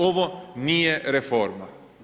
Ovo nije reforma!